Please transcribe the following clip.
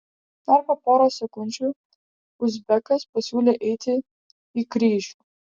dar po poros sekundžių uzbekas pasiūlė eiti į kryžių